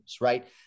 right